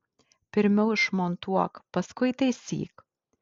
pirmiau išmontuok paskui taisyk